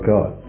God